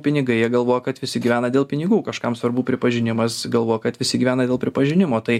pinigai jie galvoja kad visi gyvena dėl pinigų kažkam svarbu pripažinimas galvoja kad visi gyvena dėl pripažinimo tai